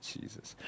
Jesus